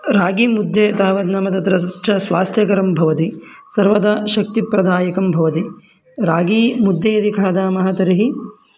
रागीमुद्दे तावत् नाम तत्र तच्च स्वास्थ्यकरं भवति सर्वदा शक्तिप्रदायकं भवति रागीमुद्दे यदि खादामः तर्हि